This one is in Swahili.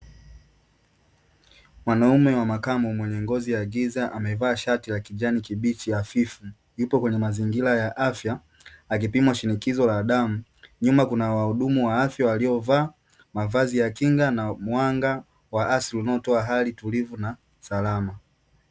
Mwanaume wa makamo mwenye ngozi ya giza amevaa shati ya rangi ya kijani hafifu, akiwa kwenye mazingira ya afya akipimwa shinikizo la damu. Nyuma kuna wahudumu wa afya waliovalia kinga na mwanga hasi unaotoa hali tulivu na salama.